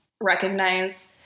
recognize